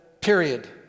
period